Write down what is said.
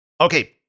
okay